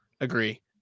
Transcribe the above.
Agree